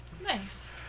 Nice